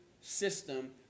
system